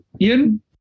Ian